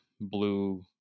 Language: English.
blue